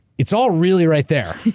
it's all really right there.